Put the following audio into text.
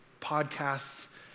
podcasts